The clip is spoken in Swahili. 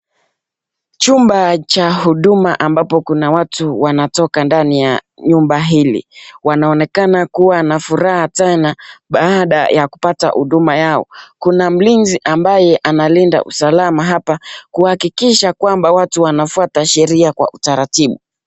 Chumba cha huduma ambapo kuna watu wanatoka ndani ya nyumba hili ,wanaonekana kuwa na furaha tena baada ya kupata huduma yao. Kuna mlinzi ambaye analinda usalama hapa kuhakikisha kwamba watu wanafuata sheria kwa utaratibu.